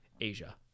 Asia